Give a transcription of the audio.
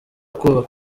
kubaka